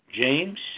James